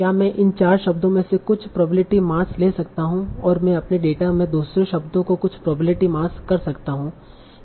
क्या मैं इन चार शब्दों में से कुछ प्रोबेबिलिटी मास ले सकता हूं और मैं अपने डेटा में दूसरे शब्दों को कुछ प्रोबेबिलिटी मास कर सकता हूं